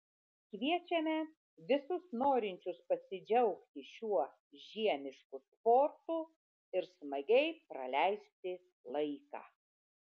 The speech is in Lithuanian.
kviečiame visus norinčius pasidžiaugti šiuo žiemišku sportu ir smagiai praleisti laiką